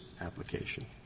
application